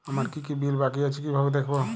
আমার কি কি বিল বাকী আছে কিভাবে দেখবো?